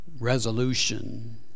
resolution